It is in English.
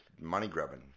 money-grubbing